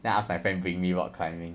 then I ask my friend bring me rock climbing